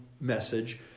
message